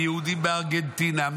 מיהודים בארגנטינה,